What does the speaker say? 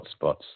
hotspots